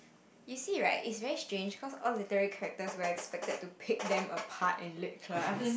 you see right is very strange cause all literally characters we are expected to pick them apart in lit class